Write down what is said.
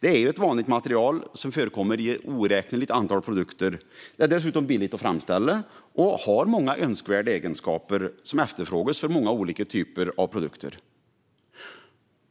Plast är ett vanligt material som förekommer i ett oräkneligt antal produkter. Det är dessutom billigt att framställa och har många önskvärda egenskaper som efterfrågas för många olika typer av produkter.